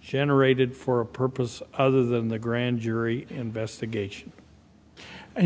generated for a purpose other than the grand jury investigation and